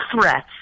threats